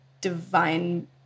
divine